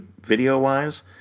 video-wise